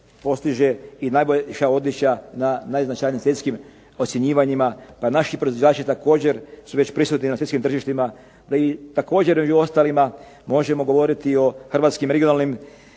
postiže i najbolja odličja na najznačajnijim svjetskim ocjenjivanjima. Pa naši proizvođači također su već prisutni na svjetskim tržištima. I također među ostalima možemo govoriti o hrvatskim regionalnim